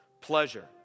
pleasure